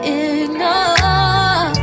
ignore